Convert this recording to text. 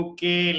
Okay